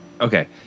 okay